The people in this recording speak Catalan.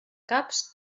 caps